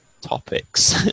topics